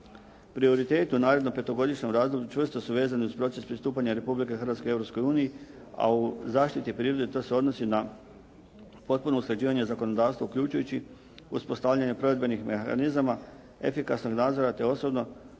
Prioriteti u narednom petogodišnjem razdoblju čvrsto su vezani uz proces pristupanja Republike Hrvatske Europskoj uniji, a u zaštiti prirode to se odnosi na potpuno usklađivanje zakonodavstva uključujući i uspostavljanje provedbenih mehanizama, efikasnog nadzora, te osobno